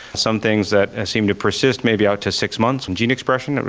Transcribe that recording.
some things that seem to persist maybe out to six months from gene expression.